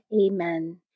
Amen